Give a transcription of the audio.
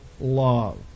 love